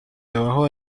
debajo